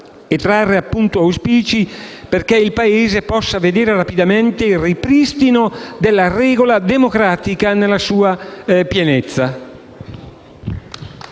e trarre appunto auspici perché il Paese possa vedere rapidamente il ripristino della regola democratica nella sua pienezza.